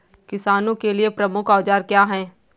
किसानों के लिए प्रमुख औजार क्या हैं?